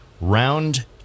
Round